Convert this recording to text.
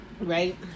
Right